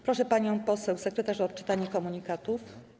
Proszę panią poseł sekretarz o odczytanie komunikatów.